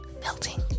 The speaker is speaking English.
melting